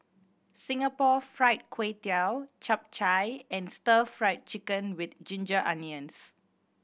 Singapore Fried Kway Tiao Chap Chai and Stir Fried Chicken With Ginger Onions